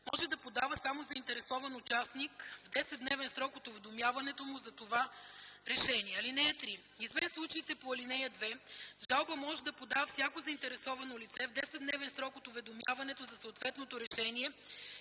може да подава само заинтересован участник в 10-дневен срок от уведомяването му за това решение. (3) Извън случаите по ал. 2 жалба може да подава всяко заинтересовано лице в 10-дневен срок от уведомяването за съответното решение